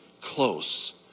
close